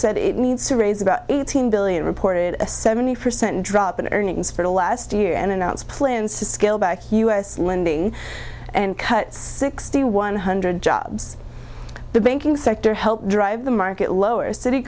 said it needs to raise about eighteen billion reported a seventy percent drop in earnings for the last year and announced plans to scale back u s lindi and cut sixty one hundred jobs the banking sector helped drive the market lower cit